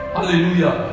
Hallelujah